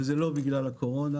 וזה לא בגלל הקורונה,